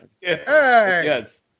Yes